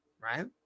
right